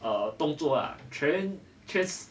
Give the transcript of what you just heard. err 动作 ah 全全世